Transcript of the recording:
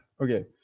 Okay